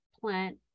plant